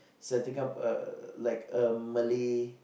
setting up a like a Malay